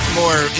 more